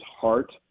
heart